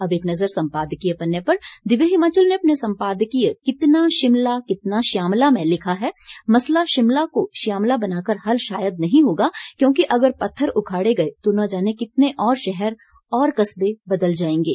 अब एक नज़र सम्पादकीय पन्ने पर दिव्य हिमाचल ने अपने सम्पादकीय कितना शिमला कितना श्यामला में लिखा है मसला शिमला को श्यामला बनाकर हल शायद नहीं होगा क्योंकि अगर पत्थर उखाड़े गए तो न जाने कितने और शहर और कस्बे बदल जाएंगे